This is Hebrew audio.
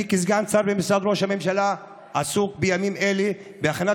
כסגן שר במשרד ראש הממשלה אני עסוק בימים אלה בהכנת